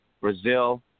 Brazil